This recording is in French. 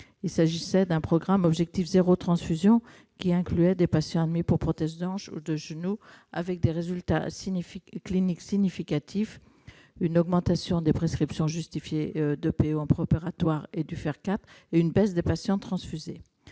Il s'agissait d'un programme « objectif zéro transfusion », qui incluait des patients admis pour une prothèse de hanche ou de genou. Les résultats cliniques ont été significatifs : augmentation des prescriptions justifiées d'EPO en préopératoire et de Fer IV et une nette baisse des patients transfusés.